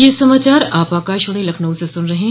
ब्रे क यह समाचार आप आकाशवाणी लखनऊ से सुन रहे हैं